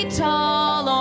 tall